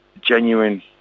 genuine